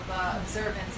observance